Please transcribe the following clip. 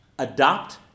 adopt